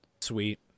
Sweet